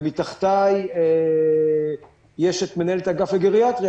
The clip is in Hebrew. ומתחתיי יש את מנהלת האגף לגריאטריה,